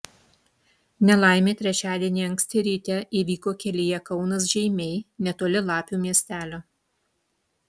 nelaimė trečiadienį anksti ryte įvyko kelyje kaunas žeimiai netoli lapių miestelio